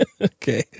okay